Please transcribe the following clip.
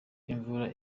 imvura